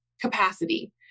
capacity